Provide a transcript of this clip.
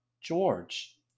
George